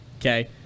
okay